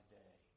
day